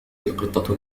القطة